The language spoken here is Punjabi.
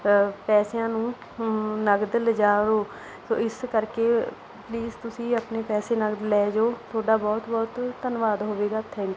ਪੈਸਿਆਂ ਨੂੰ ਨਗਦ ਲੈ ਜਾਓ ਸੋ ਇਸ ਕਰਕੇ ਪਲੀਸ ਤੁਸੀਂ ਆਪਣੇ ਪੈਸੇ ਨਗਦ ਲੈ ਜਾਓ ਤੁਹਾਡਾ ਬਹੁਤ ਬਹੁਤ ਧੰਨਵਾਦ ਹੋਵੇਗਾ ਥੈਂਕਿ ਊ